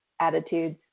attitudes